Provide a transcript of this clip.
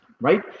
right